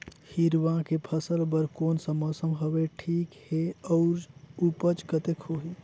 हिरवा के फसल बर कोन सा मौसम हवे ठीक हे अउर ऊपज कतेक होही?